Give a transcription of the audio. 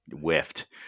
whiffed